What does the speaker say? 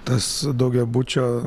tas daugiabučio